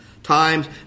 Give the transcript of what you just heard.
Times